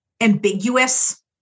ambiguous